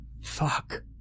fuck